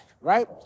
Right